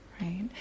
right